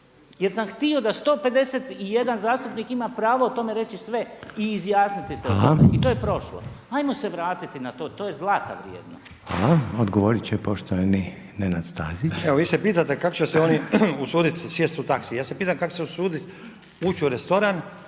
jer sam htio da 151 zastupnik ima pravo o tome reći sve i izjasniti se o tome. I to je prošlo. Hajmo se vratiti na to, to je zlata vrijedno. **Reiner, Željko (HDZ)** Hvala. Odgovorit će poštovani Nenad Stazić. **Stazić, Nenad (SDP)** Evo vi se pitate kako će se oni usuditi sjesti u taksi. Ja se pitam kako će se usuditi ući u restoran